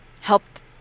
helped